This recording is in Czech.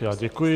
Já děkuji.